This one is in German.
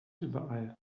überall